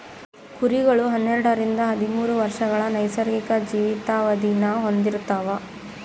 ಕುರಿಗಳು ಹನ್ನೆರಡರಿಂದ ಹದಿಮೂರು ವರ್ಷಗಳ ನೈಸರ್ಗಿಕ ಜೀವಿತಾವಧಿನ ಹೊಂದಿರ್ತವ